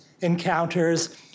encounters